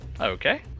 Okay